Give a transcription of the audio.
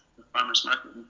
the farmers market